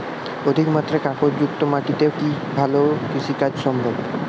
অধিকমাত্রায় কাঁকরযুক্ত মাটিতে কি ভালো কৃষিকাজ সম্ভব?